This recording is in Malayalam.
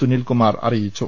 സുനിൽകുമാർ അറിയിച്ചു